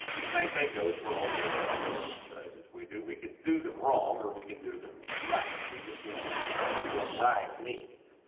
the same thing goes for all the other barbell exercises we do. we can do them wrong or we can do them right we just need to determine what right means